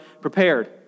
prepared